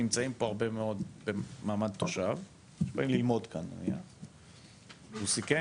נמצאים כאן הרבה מאוד במעמד תושב ארעי שבאים ללמוד כאן והוא סיכם